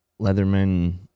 leatherman